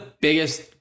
biggest